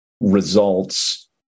results